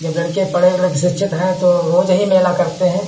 जब लड़के पढे़ लिखे शिक्षित हैं तो रोज ही मेला करते हैं